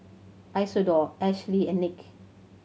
Isidore Ashlea and Nick